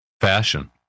fashion